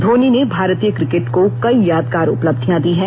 धोनी ने भारतीय क्रिकेट को ॅकई यादगार उपलब्धियां दी हैं